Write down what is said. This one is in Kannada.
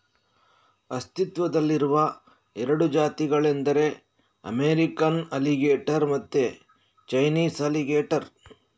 ಅಸ್ತಿತ್ವದಲ್ಲಿರುವ ಎರಡು ಜಾತಿಗಳೆಂದರೆ ಅಮೇರಿಕನ್ ಅಲಿಗೇಟರ್ ಮತ್ತೆ ಚೈನೀಸ್ ಅಲಿಗೇಟರ್